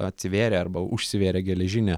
atsivėrę arba užsivėrę geležine